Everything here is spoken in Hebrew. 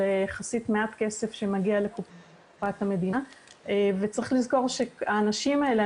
יחסית מעט כסף שמגיע לקופת המדינה וצריך לזכור שהאנשים האלה,